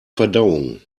verdauung